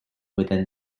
within